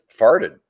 farted